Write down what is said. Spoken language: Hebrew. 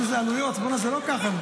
יצחק" --- יש לזה עלויות, זה לא סתם ככה.